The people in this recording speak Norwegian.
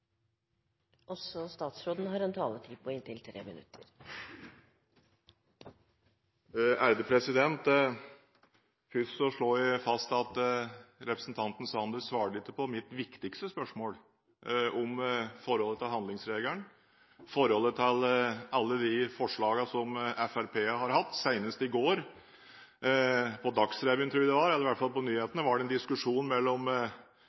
Først slår jeg fast at representanten Sanner ikke svarte på mitt viktigste spørsmål, om forholdet til handlingsregelen og forholdet til alle de forslagene som Fremskrittspartiet har hatt. Senest i går var det – jeg tror det var på Dagsrevyen, eller i hvert fall på nyhetene – en diskusjon mellom